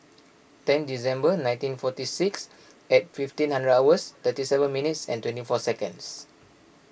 ten December nineteen forty six and fifteen hundred hours thirty seven minutes and twenty four seconds